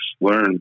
learn